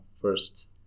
first